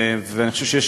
ואני חושב שיש,